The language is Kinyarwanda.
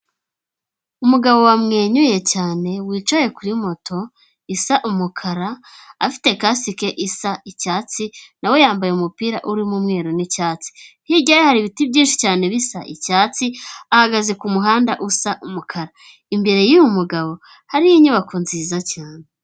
Umugabo wamwenyuye cyane wicaye kuri moto isa umukara afite casike isa icyatsi nawe yambaye umupira urimo umweru n'icyatsi, hiryayo hari ibiti byinshi cyane bisa icyatsi ahagaze kumuhanda usa umukara imbere yuyu mugabo hariho inyubako nziza cyane.